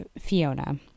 fiona